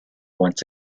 once